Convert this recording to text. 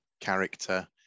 character